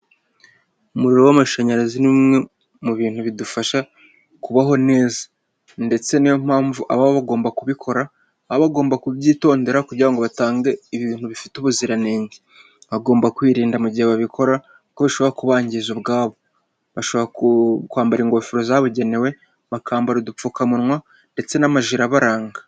Umuriro w'amashanyarazi ni umwe mu bintu bidufasha kubaho neza ndetse ni yo mpamvu ababa bagomba kubikora baba bagomba kubyitondera kugira ngo batange ibintu bifite ubuziranenge, baba bagomba kwirinda mu gihe babikora kuko bishobora kubangiza ubwabo, bashobora kwambara ingofero zabugenewe, bakambara udupfukamunwa ndetse n'amajire abaranga.